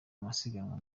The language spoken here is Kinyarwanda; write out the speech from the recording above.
amasiganwa